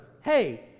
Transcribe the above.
hey